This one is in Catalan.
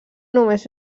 només